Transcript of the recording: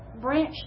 Branch